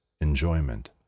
enjoyment